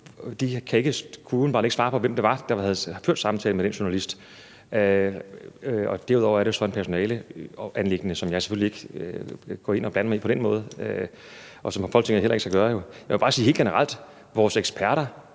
ikke svare på, hvem der havde ført samtalen med den journalist. Derudover er det så et personaleanliggende, som jeg selvfølgelig ikke vil gå ind og blande mig i på den måde, og som Folketinget jo heller ikke skal gøre. Jeg vil bare sige helt generelt, at man ikke